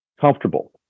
comfortable